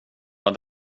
var